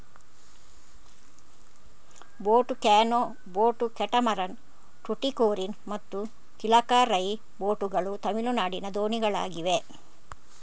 boat canoe, boat catamaran, Tuticorin ಮತ್ತು Kilakarai boat ಗಳು ತಮಿಳುನಾಡಿನ ದೋಣಿಗಳಾಗಿವೆ